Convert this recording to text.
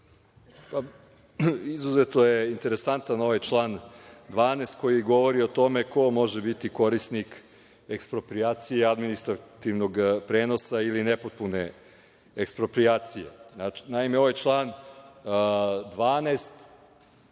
Izuzetno je interesantan ovaj član 12. koji govori o tome ko može biti korisnik eksproprijacija i administrativnog prenosa ili nepotpune eksproprijacije. Naime, ovaj član 12.